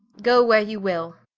go where you will,